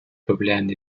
problèmes